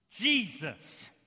Jesus